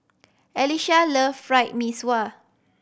Alesha love Fried Mee Sua